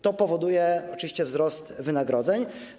To powoduje oczywiście wzrost wynagrodzeń.